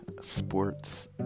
sports